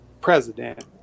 president